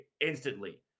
instantly